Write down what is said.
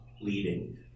leading